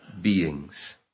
beings